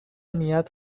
نیت